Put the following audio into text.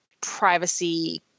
privacy